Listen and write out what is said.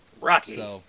rocky